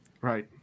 Right